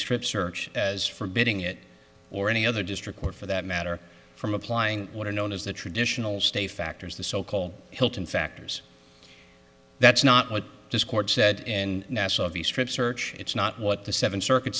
strip search as forbidding it or any other district court for that matter from applying what are known as the traditional state factors the so called hilton factors that's not what this court said in nassau v strip search it's not what the seventh circuit